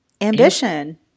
Ambition